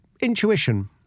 intuition